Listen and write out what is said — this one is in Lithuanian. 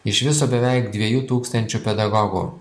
iš viso beveik dviejų tūkstančių pedagogų